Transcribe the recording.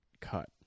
cut